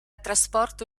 trasporto